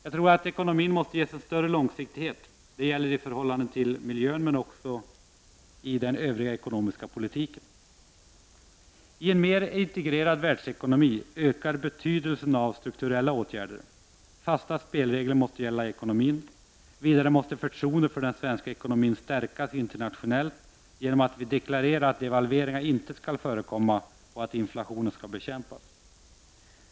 Jag tror att ekonomin måste bli mera långsiktig. Det gäller med avseende på miljön men också beträffande ekonomisk politik i övrigt. I en mer integrerad världsekonomi ökar betydelsen av strukturella åtgärder. Fasta spelregler måste gälla i ekonomin. Vidare måste förtroendet för den svenska ekonomin stärkas internationellt genom att att vi deklarerar att devalveringar inte skall förekomma och att inflationen skall bekämpas.